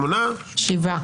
שבעה.